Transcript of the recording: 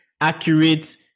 accurate